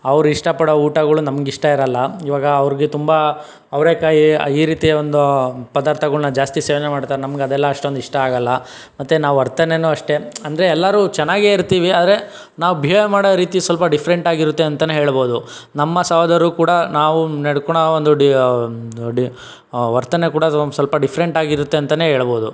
ಅವರು ಇಷ್ಟ ಪಡೋ ಊಟಗಳು ನಮಗೆ ಇಷ್ಟ ಇರಲ್ಲ ಇವಾಗ ಅವರಿಗೆ ತುಂಬ ಅವರೆಕಾಯಿ ಈ ರೀತಿ ಒಂದು ಪದಾರ್ಥಗಳನ್ನ ಜಾಸ್ತಿ ಸೇವನೆ ಮಾಡ್ತಾರೆ ನಮಗೆ ಅದೆಲ್ಲ ಅಷ್ಟೊಂದು ಇಷ್ಟ ಆಗಲ್ಲ ಮತ್ತೆ ನಾವು ವರ್ತನೆನು ಅಷ್ಟೇ ಅಂದರೆ ಎಲ್ಲರೂ ಚೆನ್ನಾಗಿಯೇ ಇರ್ತೀವಿ ಆದರೆ ನಾವು ಬಿಹೇವ್ ಮಾಡೋ ರೀತಿ ಸ್ವಲ್ಪ ಡಿಫ್ರೆಂಟ್ ಆಗಿ ಇರುತ್ತೆ ಅಂತಲೇ ಹೇಳ್ಭೋದು ನಮ್ಮ ಸಹೋದರರು ಕೂಡ ನಾವು ನಡ್ಕೊಳ್ಳೋ ಒಂದು ವರ್ತನೆ ಕೂಡ ಅದು ಒಂದು ಸ್ವಲ್ಪ ಡಿಫ್ರೆಂಟ್ ಆಗಿ ಇರ್ತದೆ ಅಂತಲೇ ಹೇಳ್ಬೋದು